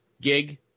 gig